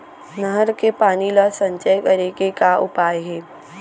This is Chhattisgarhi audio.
नहर के पानी ला संचय करे के का उपाय हे?